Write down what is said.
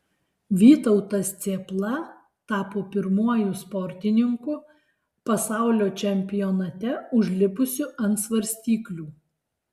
vytautas cėpla tapo pirmuoju sportininku pasaulio čempionate užlipusiu ant svarstyklių